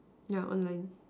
yeah online